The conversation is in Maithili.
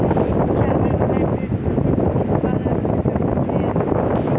चावल ऑनलाइन प्लेटफार्म पर खरीदलासे घाटा होइ छै या नफा?